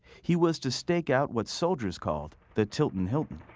he was to so take out what soldiers called, the tiltin' hilton,